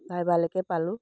ভাইভালৈকে পালোঁ